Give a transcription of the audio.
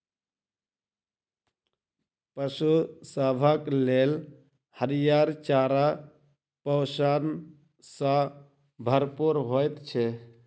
पशु सभक लेल हरियर चारा पोषण सॅ भरपूर होइत छै